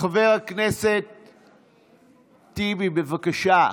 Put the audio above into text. חבר הכנסת טיבי, בבקשה.